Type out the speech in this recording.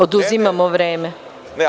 Oduzimamo vreme.